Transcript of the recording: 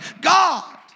God